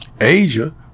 Asia